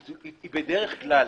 היא בדרך כלל